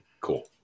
Cool